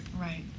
Right